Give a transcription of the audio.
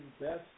best